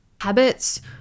Habits